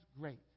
great